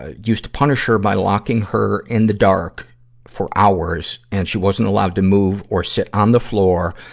used to punish her by locking her in the dark for hours, and she wasn't allowed to move or sit on the floor.